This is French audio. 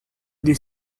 des